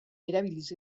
erabiliz